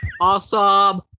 Awesome